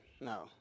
no